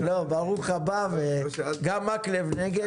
חברי הכנסת שחאדה ומקלב נגד.